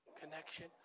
connection